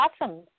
awesome